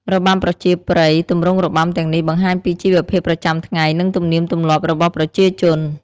របាំប្រជាប្រិយ ទម្រង់របាំទាំងនេះបង្ហាញពីជីវភាពប្រចាំថ្ងៃ និងទំនៀមទម្លាប់របស់ប្រជាជន។